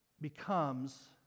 becomes